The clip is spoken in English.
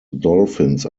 dolphins